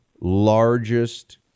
largest